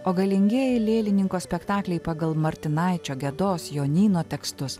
o galingieji lėlininko spektakliai pagal martinaičio gedos jonyno tekstus